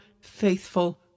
faithful